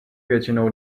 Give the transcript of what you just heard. většinou